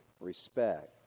respect